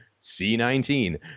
C19